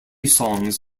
songs